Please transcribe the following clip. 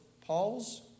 Paul's